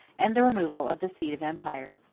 and the removal of the seat of empire.